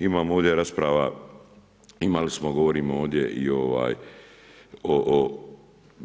Imamo ovdje rasprava, imali smo govorimo ovdje i o